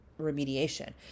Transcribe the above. remediation